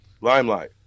Limelight